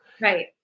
Right